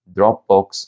Dropbox